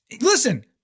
Listen